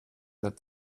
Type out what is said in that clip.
that